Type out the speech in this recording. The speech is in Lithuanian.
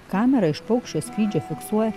kamera iš paukščio skrydžio fiksuoja